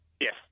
Yes